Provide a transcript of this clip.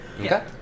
Okay